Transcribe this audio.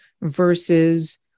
versus